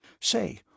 Say